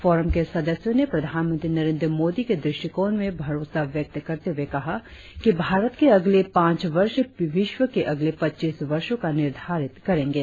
forum के सदस्यों ने प्रधनमंत्री नरेंद्र मोदी के दृष्टिकोण में भरोसा व्यक्त करते हुए कहा कि भारत के अगले पांच वर्ष विश्व के अगले पच्चीस वर्षों का निर्धारित करेंगे